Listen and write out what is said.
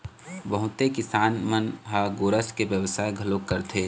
बहुते किसान मन ह गोरस के बेवसाय घलोक करथे